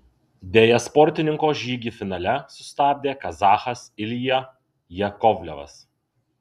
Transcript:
deja sportininko žygį finale sustabdė kazachas ilja jakovlevas